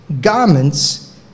garments